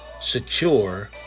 secure